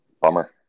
bummer